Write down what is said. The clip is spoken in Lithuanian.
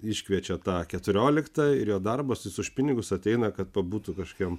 iškviečia tą keturioliktą ir jo darbas jis už pinigus ateina kad pabūtų kažkieno